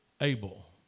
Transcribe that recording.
Abel